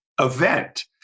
event